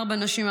ארבע נשים,